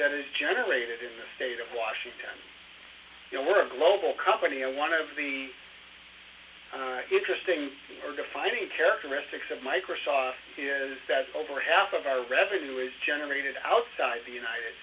that is generated in the state of washington you know we're a global company one of the interesting her defining characteristics of microsoft is that over half of our revenue is generated outside the united